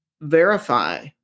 verify